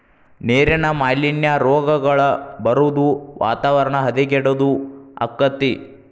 ನೇರಿನ ಮಾಲಿನ್ಯಾ, ರೋಗಗಳ ಬರುದು ವಾತಾವರಣ ಹದಗೆಡುದು ಅಕ್ಕತಿ